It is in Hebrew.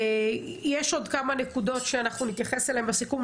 יש עוד כמה נקודות שאנחנו נתייחס אליהן בסיכום,